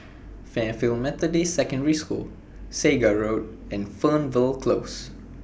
Fairfield Methodist Secondary School Segar Road and Fernvale Close